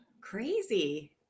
Crazy